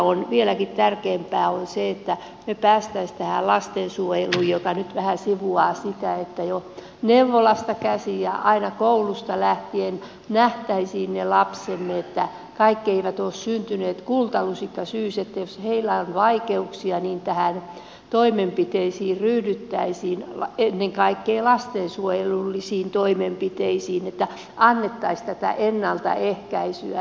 mutta vieläkin tärkeämpää on se että me pääsisimme tähän lastensuojeluun joka nyt vähän sivuaa sitä että jo neuvolasta käsin ja aina koulusta lähtien nähtäisiin ne lapsemme että kaikki eivät ole syntyneet kultalusikka suussa että jos heillä on vaikeuksia niin toimenpiteisiin ryhdyttäisiin ennen kaikkea lastensuojelullisiin toimenpiteisiin annettaisiin tätä ennaltaehkäisyä